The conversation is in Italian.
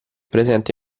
presente